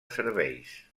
serveis